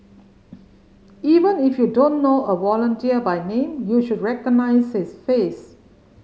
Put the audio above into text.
even if you don't know a volunteer by name you should recognise his face